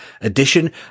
edition